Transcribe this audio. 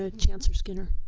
ah chancellor skinner.